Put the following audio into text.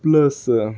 plus